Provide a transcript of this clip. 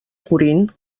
corint